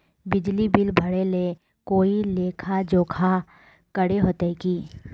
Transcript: बिजली बिल भरे ले कोई लेखा जोखा करे होते की?